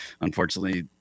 unfortunately